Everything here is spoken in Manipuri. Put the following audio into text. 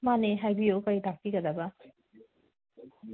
ꯃꯥꯅꯦ ꯍꯥꯏꯕꯤꯌꯨ ꯀꯔꯤ ꯇꯥꯛꯄꯤꯒꯗꯕ